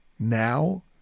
now